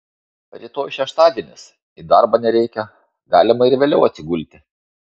rytoj šeštadienis į darbą nereikia galima ir vėliau atsigulti